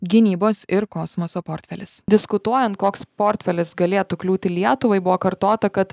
gynybos ir kosmoso portfelis diskutuojant koks portfelis galėtų kliūti lietuvai buvo kartota kad